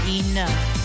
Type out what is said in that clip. enough